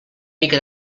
mica